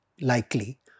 likely